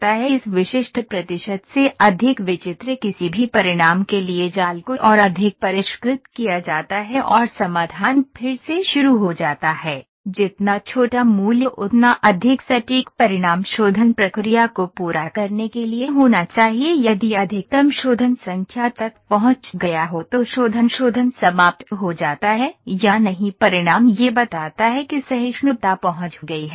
इस विशिष्ट प्रतिशत से अधिक विचित्र किसी भी परिणाम के लिए जाल को और अधिक परिष्कृत किया जाता है और समाधान फिर से शुरू हो जाता है जितना छोटा मूल्य उतना अधिक सटीक परिणाम शोधन प्रक्रिया को पूरा करने के लिए होना चाहिए यदि अधिकतम शोधन संख्या तक पहुंच गया हो तो शोधन शोधन समाप्त हो जाता है या नहीं परिणाम यह बताता है कि सहिष्णुता पहुंच गई है या नहीं